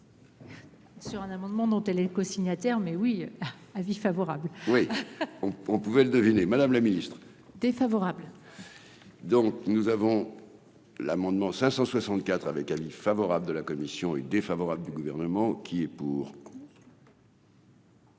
Sur un amendement dont elle est co-signataire mais oui : avis favorable, oui, on pouvait le deviner, madame la Ministre défavorable. Donc nous avons l'amendement 564 avec Ali favorable de la commission est défavorable du gouvernement qui est pour.